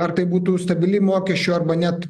ar tai būtų stabili mokesčių arba net